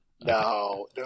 no